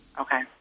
Okay